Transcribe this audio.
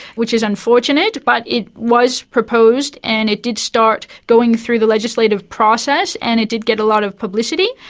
which is unfortunate, but it was proposed and it did start going through the legislative process and it did get a lot of publicity.